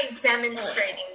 demonstrating